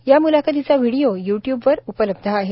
या मुलाखतीचा व्हिडीओ यूट्युबवर उपलब्ध आहे